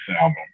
album